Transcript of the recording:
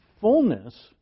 fullness